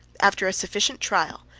after a sufficient trial,